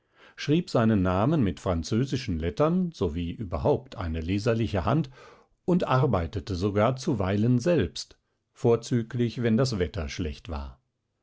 schrieb seinen namen mit französischen lettern sowie überhaupt eine leserliche hand und arbeitete sogar zuweilen selbst vorzüglich wenn das wetter schlecht war